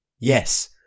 Yes